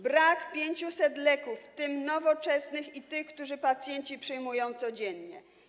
Brak 500 leków, w tym nowoczesnych i tych, które pacjenci przyjmują codziennie.